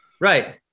right